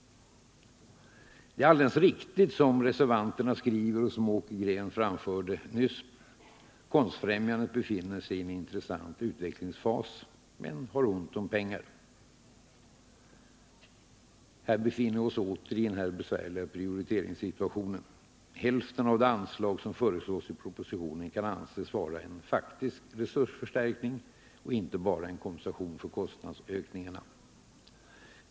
Det är alldeles riktigt som reservanterna skriver och som Åke Green nyss framhöll — Konstfrämjandet befinner sig i en intressant utvecklingsfas men har ont om pengar. Här har vi åter hamnat i en besvärlig prioriteringssituation. Hälften av den anslagshöjning som föreslås i propositionen kan anses vara en faktisk resursförstärkning och inte bara en kompensation för kostnadsökningarna.